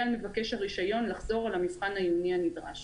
על מבקש הרישיון לחזור על המבחן העיוני הנדרש."